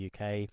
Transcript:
UK